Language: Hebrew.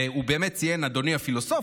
והוא באמת ציין "אדוני הפילוסוף".